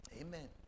Amen